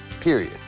period